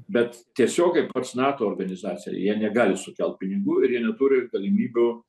bet tiesiogiai pats nato organizacija jie negali sukelt pinigų ir jie neturi galimybių